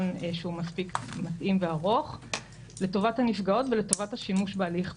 שהוא מספיק מתאים וארוך לטובת הנפגעות ולטובת השימוש בהליך פלילי.